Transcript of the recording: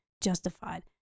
justified